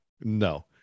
no